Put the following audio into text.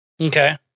Okay